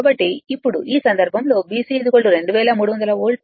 కాబట్టి ఇప్పుడు ఈ సందర్భంలోBC 2300 వోల్ట్ AC 11500 వోల్ట్